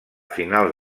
finals